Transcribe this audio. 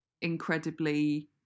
incredibly